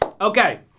Okay